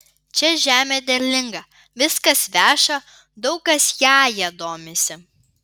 čia žemė derlinga viskas veša daug kas jąja domisi